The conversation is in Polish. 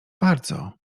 bardzo